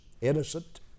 innocent